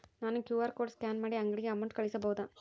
ನಾನು QR code scan ಮಾಡಿ ಅಂಗಡಿಗೆ ಅಮೌಂಟ್ ಕಳಿಸಬಹುದಾ?